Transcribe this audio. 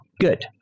Good